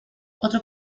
otro